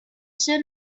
soon